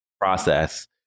process